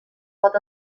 pot